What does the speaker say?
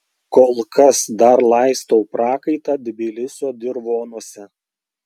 kol kas dar laistau prakaitą tbilisio dirvonuose